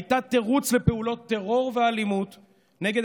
הייתה תירוץ לפעולות טרור ואלימות נגד